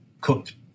cooked